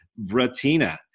Bratina